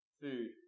food